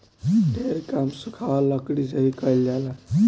ढेर काम सुखावल लकड़ी से ही कईल जाला